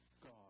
God